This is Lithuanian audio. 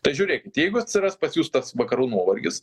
tai žiūrėkit jeigu atsiras pas jus tas vakarų nuovargis